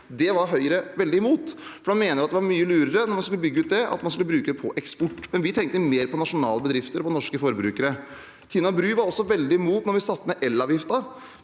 Det var Høyre veldig imot, for de mente det var mye lurere da man skulle bygge ut, at man skulle bruke det til eksport. Vi tenkte mer på nasjonale bedrifter og norske forbrukere. Tina Bru var også veldig imot at vi satte ned elavgiften.